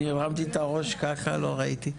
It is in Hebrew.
אני הרמתי את הראש, לא ראיתי.